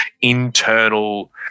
internal